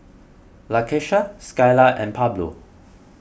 Lakeisha Skyla and Pablo